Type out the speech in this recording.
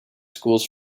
schools